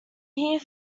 here